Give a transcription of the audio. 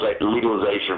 legalization